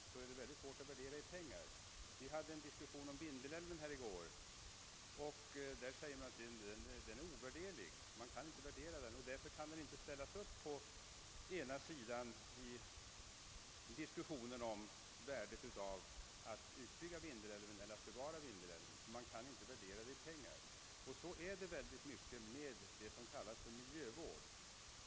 Vi diskuterade i går Vindelälven. Man sade att Vindelälven är ovärderlig. Man kan därför inte diskutera å ena sidan värdet av att bygga ut Vindelälven och å andra sidan värdet av att bevara den; man kan inte värdera den i pengar. Så är det ofta med det som kallas miljövård.